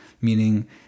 meaning